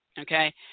okay